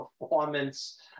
performance